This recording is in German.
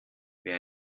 wer